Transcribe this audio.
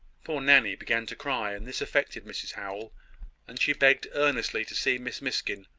poor nanny began to cry and this affected mrs howell and she begged earnestly to see miss miskin.